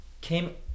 came